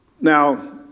Now